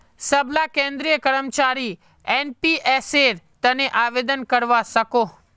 सबला केंद्रीय कर्मचारी एनपीएसेर तने आवेदन करवा सकोह